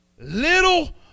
Little